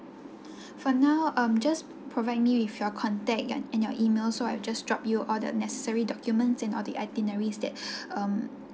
for now um just provide me with your contact and your email so I'll just drop you all the necessary documents and all the itineraries that um